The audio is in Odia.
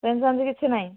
ଚେଞ୍ଜ ଚାଞ୍ଜ କିଛି ନାହିଁ